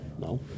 No